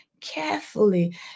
carefully